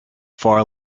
far